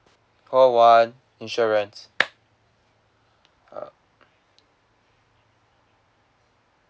call one insurance uh